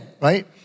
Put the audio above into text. right